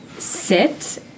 Sit